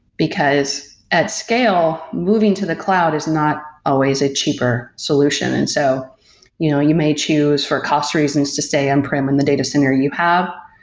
because, at scale, moving to the cloud is not always a cheaper solution. and so you know you may choose for cost reasons to stay on-prem on and the data center you have,